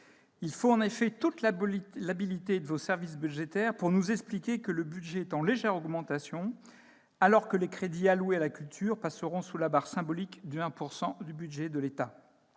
Il faut en effet toute l'habilité de vos services budgétaires pour nous expliquer que le budget est « en légère augmentation », alors que les crédits alloués à la culture passeront sous la barre symbolique de 1 % du budget de l'État,